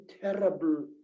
terrible